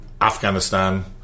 Afghanistan